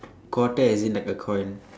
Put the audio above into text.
quarter as in like the coin